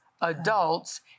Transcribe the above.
adults